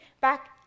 back